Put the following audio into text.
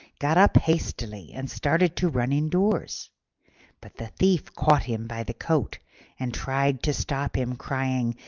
got up hastily and started to run indoors but the thief caught him by the coat and tried to stop him, crying,